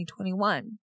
2021